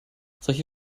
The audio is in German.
solche